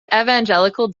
evangelical